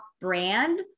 brand